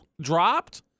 dropped